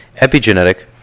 Epigenetic